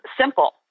simple